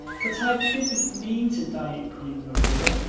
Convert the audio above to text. but i didn't mean to dye it green, marilla,